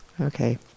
Okay